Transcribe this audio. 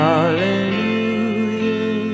Hallelujah